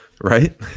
Right